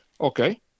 Okay